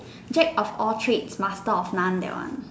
Jack of all trades master of none that one